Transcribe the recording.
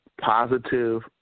Positive